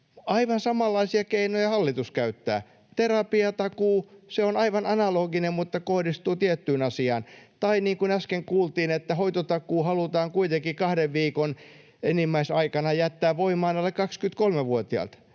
Aivan samanlaisia keinoja hallitus käyttää. Terapiatakuu, se on aivan analoginen, mutta kohdistuu tiettyyn asiaan. Tai niin kuin äsken kuultiin, että hoitotakuu halutaan kuitenkin kahden viikon enimmäisaikana jättää voimaan alle 23-vuotiaille.